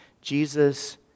Jesus